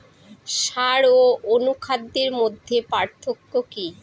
সার ও অনুখাদ্যের মধ্যে পার্থক্য কি?